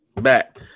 back